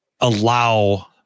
allow